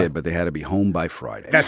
and but they had to be home by friday yeah